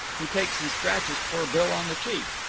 he takes and scratches poor bill on the cheek.